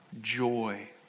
Joy